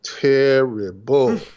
terrible